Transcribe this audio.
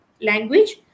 language